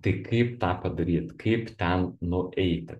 tai kaip tą padaryt kaip ten nueiti